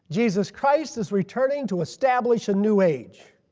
jesus christ is returning to establish a new age.